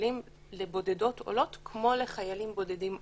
שקלים לבודדות עולות כמו לחיילים בודדים עולים.